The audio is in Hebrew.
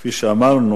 כפי שאמרנו,